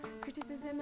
criticism